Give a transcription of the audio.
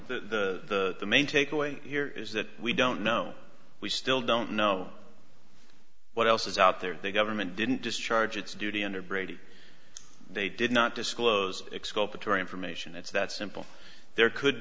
bottle the main takeaway here is that we don't know we still don't know what else is out there that government didn't discharge its duty under brady they did not disclose exculpatory information it's that simple there could